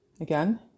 Again